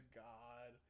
god